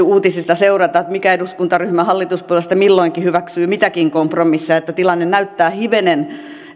uutisista seurata mikä eduskuntaryhmä hallituspuolueista milloinkin hyväksyy mitäkin kompromisseja tilanne näyttää hivenen